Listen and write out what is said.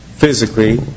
physically